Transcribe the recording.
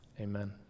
Amen